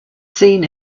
seen